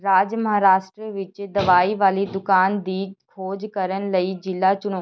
ਰਾਜ ਮਹਾਰਾਸ਼ਟਰ ਵਿੱਚ ਦਵਾਈ ਵਾਲੀ ਦੁਕਾਨ ਦੀ ਖੋਜ ਕਰਨ ਲਈ ਜ਼ਿਲ੍ਹਾ ਚੁਣੋ